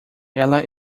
ela